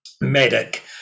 medic